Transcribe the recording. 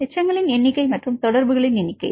எச்சங்களின் எண்ணிக்கை மற்றும் தொடர்புகளின் எண்ணிக்கை